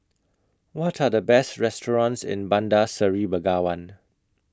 What Are The Best restaurants in Bandar Seri Begawan